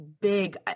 big